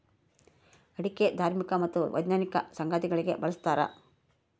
ಅಡಿಕೆ ಧಾರ್ಮಿಕ ಮತ್ತು ವೈಜ್ಞಾನಿಕ ಸಂಗತಿಗಳಿಗೆ ಬಳಸ್ತಾರ